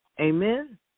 Amen